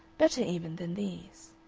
better even than these.